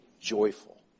joyful